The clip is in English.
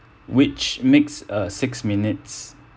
which makes uh six minutes